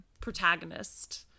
protagonist